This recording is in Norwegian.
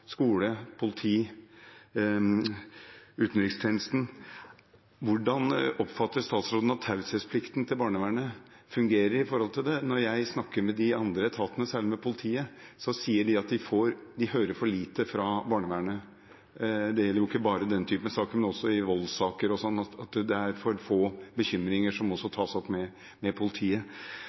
skole, politi, utenrikstjenesten, hvordan oppfatter statsråden at taushetsplikten til barnevernet fungerer? Når jeg snakker med de andre etatene, særlig med politiet, sier de at de hører for lite fra barnevernet. Det gjelder ikke bare i denne typen saker, men også i voldssaker, at det er for få bekymringer som tas opp med politiet. Brukes unntaksregelen når det gjelder taushetsplikten aktivt nok av barnevernet i samarbeidet med